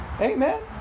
amen